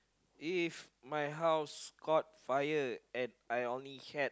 if my house caught fire and I only can